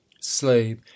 slave